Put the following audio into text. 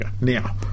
Now